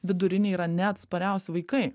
viduriniai yra neatspariausi vaikai